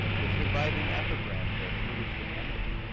his surviving epigrams are truly stupendous.